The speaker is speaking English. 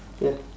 ya